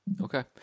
Okay